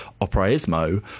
operaismo